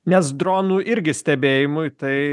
nes dronų irgi stebėjimui tai